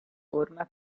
forma